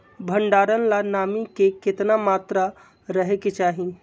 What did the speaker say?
भंडारण ला नामी के केतना मात्रा राहेके चाही?